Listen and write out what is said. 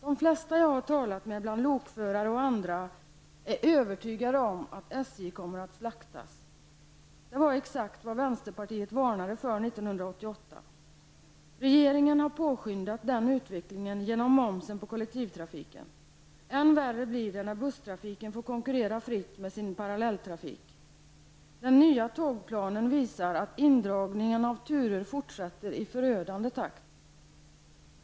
De flesta som jag talat med bland lokförare och andra är övertygade om att SJ kommer att ''slaktas''. Det var exakt vad vänsterpartiet varnade för 1988. Regeringen har påskyndat den utvecklingen genom momsen på kollektivtrafiken. Än värre blir det när busstrafiken får konkurrera fritt med sin parallelltrafik. Den nya tågplanen visar att indragningen av turer fortsätter i förödande takt.